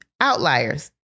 outliers